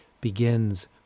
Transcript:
begins